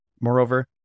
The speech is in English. Moreover